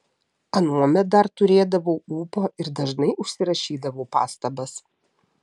anuomet dar turėdavau ūpo ir dažnai užsirašydavau pastabas